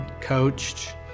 coached